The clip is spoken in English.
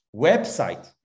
website